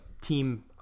team